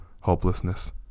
hopelessness